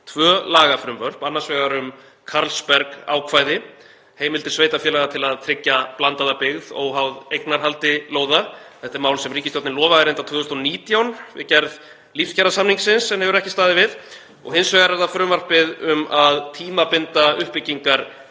tvö lagafrumvörp, annars vegar um Carlsberg-ákvæði, heimildir sveitarfélaga til að tryggja blandaða byggð óháð eignarhaldi lóða. Þetta er mál sem ríkisstjórnin lofaði reyndar 2019 við gerð lífskjarasamningsins en hefur ekki staðið við. Hins vegar er það frumvarp um að tímabinda uppbyggingarheimildir